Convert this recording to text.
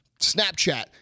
Snapchat